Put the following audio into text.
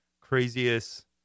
craziest